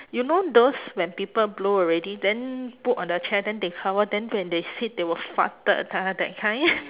you know those when people blow already then put on the chair then they cover then when they sit they will farted ah that kind